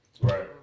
Right